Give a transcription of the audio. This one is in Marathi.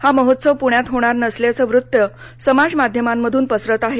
हा महोत्सव पूण्यात होणार नसल्याचं वृत्त समाजमाध्यमांतून पसरत आहे